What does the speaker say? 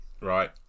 right